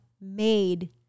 made